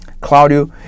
Claudio